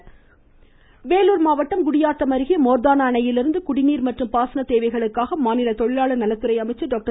per Kapil அணை வேலூர் மாவட்டம் குடியாத்தம் அருகே மோர்தானா அணையிலிருந்து குடிநீர் மற்றும் பாசனத்தேவைகளுக்காக மாநில தொழிலாளர் நலத்துறை அமைச்சர் டாக்டர்